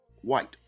white